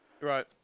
Right